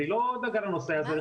אבל היא לא דאגה לנושא הזה.